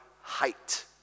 height